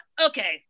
okay